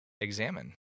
examine